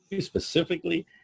specifically